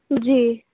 جی